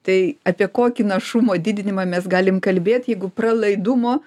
tai apie kokį našumo didinimą mes galim kalbėt jeigu pralaidumo